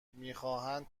میخواهند